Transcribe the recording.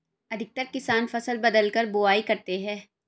अधिकतर किसान फसल बदलकर बुवाई करते है